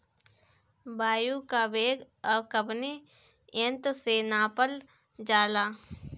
वायु क वेग कवने यंत्र से नापल जाला?